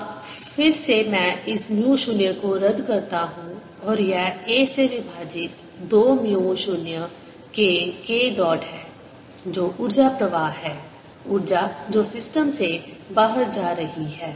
अब फिर से मैं इस म्यू 0 को रद्द करता हूं और यह a से विभाजित 2 म्यू 0 K K डॉट है जो ऊर्जा प्रवाह है ऊर्जा जो सिस्टम से बाहर जा रही है